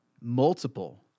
multiple